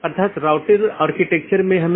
तो 16 बिट के साथ कई ऑटोनॉमस हो सकते हैं